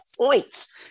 points